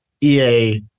EA